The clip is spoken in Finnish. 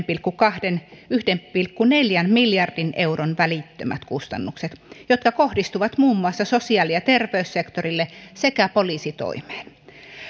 pilkku kaksi viiva yhden pilkku neljän miljardin euron välittömät kustannukset jotka kohdistuvat muun muassa sosiaali ja terveyssektorille sekä poliisitoimeen